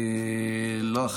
לך,